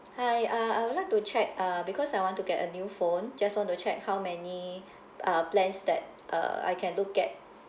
hi uh I would like to check uh because I want to get a new phone just want to check how many uh plans that uh I can look at